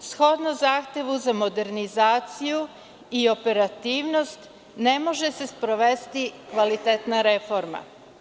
shodno zahtevu za modernizaciju i operativnost, ne može se sprovesti kvalitetna reforma.